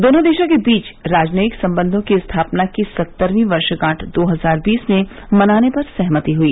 दोनों देशों के बीच राजनयिक सम्बंधों की स्थापना की सत्तरवीं वर्षगांठ दो हजार बीस में मनाने पर सहमति हुई